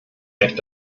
recht